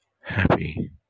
happy